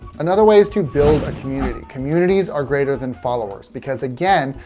another way is to build a community. communities are greater than followers because, again,